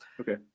Okay